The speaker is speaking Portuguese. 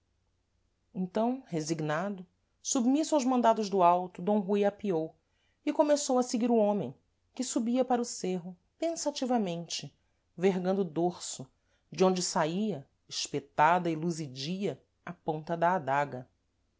então resignado submisso aos mandados do alto d rui apeou e começou a seguir o homem que subia para o cêrro pensativamente vergando o dorso de onde saía espetada e luzidia a ponta da adaga